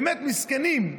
באמת מסכנים,